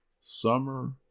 summer